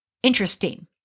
Interesting